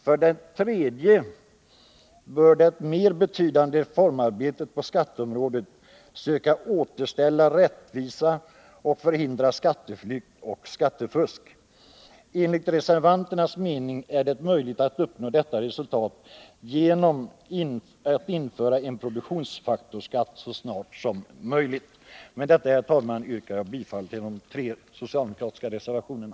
För det tredje bör det mer betydande reformarbetet på skatteområdet söka återställa rättvisan och förhindra skatteflykt och skattefusk. Enligt reservanternas mening är det möjligt att uppnå detta resultat genom att införa en produktionsfaktorsskatt så snart som möjligt. Med detta, herr talman, yrkar jag bifall till de tre socialdemokratiska reservationerna.